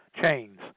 chains